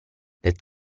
that